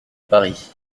paris